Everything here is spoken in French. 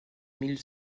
mille